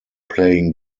playing